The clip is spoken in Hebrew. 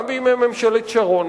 גם בימי ממשלת שרון,